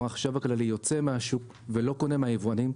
החשב הכללי יוצא מהשוק ולא קונה מהיבואנים,